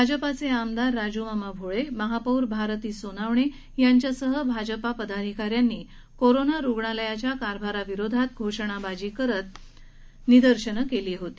भाजपाचे आमदार राजूमामा भोळे महापौर भारतीताई सोनवणे यांच्यासह भाजपा पदाधिकाऱ्यांनी कोरोना रुग्णालयाच्या कारभाराविरोधात घोषणाबाजी करत निदर्शनं केली होती